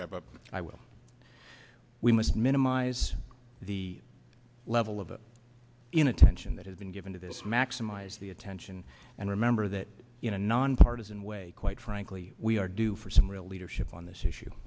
but i will we must minimize the level of inattention that has been given to this maximize the attention and remember that you know nonpartisan way quite frankly we are due for some real leadership on this issue